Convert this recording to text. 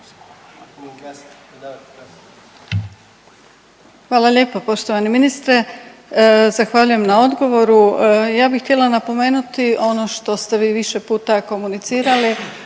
Hvala lijepa poštovani ministre. Zahvaljujem na odgovoru. Ja bih htjela napomenuti ono što ste vi više puta komunicirali